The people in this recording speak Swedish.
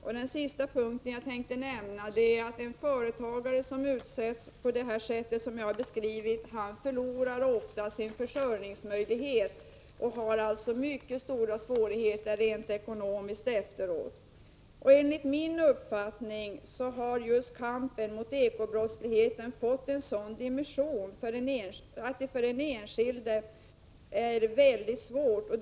För det femte och sista: En företagare som blir utsatt på det sätt som jag har beskrivit förlorar ofta sina försörjningsmöjligheter och får alltså mycket stora svårigheter rent ekonomiskt efteråt. Enligt min uppfattning har kampen mot just ekonomisk brottslighet fått en sådan dimension att det för den enskilde är mycket svårt att klara sig.